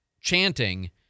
chanting